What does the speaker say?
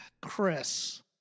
Chris